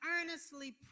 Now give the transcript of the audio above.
earnestly